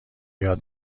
یاد